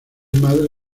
madre